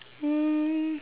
um